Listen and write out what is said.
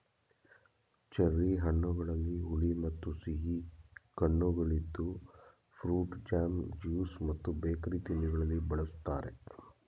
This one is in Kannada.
ಚೆರ್ರಿ ಹಣ್ಣುಗಳಲ್ಲಿ ಹುಳಿ ಮತ್ತು ಸಿಹಿ ಕಣ್ಣುಗಳಿದ್ದು ಫ್ರೂಟ್ ಜಾಮ್, ಜ್ಯೂಸ್ ಮತ್ತು ಬೇಕರಿ ತಿಂಡಿಗಳಲ್ಲಿ ಬಳ್ಸತ್ತರೆ